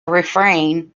refrain